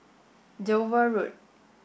Dover Road